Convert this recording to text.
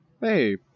Hey